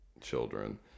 children